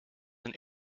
and